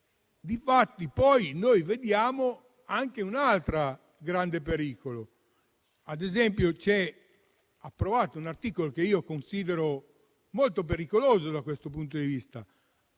direzione. Vediamo poi anche un altro grande pericolo. Ad esempio, è stato approvato un articolo che considero molto pericoloso da questo punto di vista.